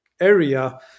area